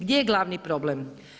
Gdje je glavni problem?